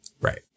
right